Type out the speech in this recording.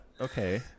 Okay